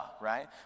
right